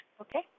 okay